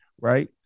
right